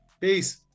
Peace